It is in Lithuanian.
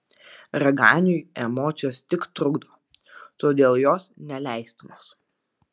raganiui emocijos tik trukdo todėl jos neleistinos